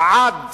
או עד